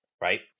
right